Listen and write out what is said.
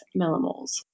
millimoles